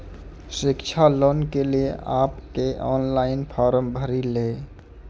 शिक्षा लोन के लिए आप के ऑनलाइन फॉर्म भरी ले?